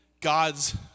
God's